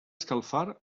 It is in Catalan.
escalfar